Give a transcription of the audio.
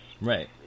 Right